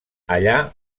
allà